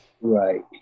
Right